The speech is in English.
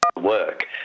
Work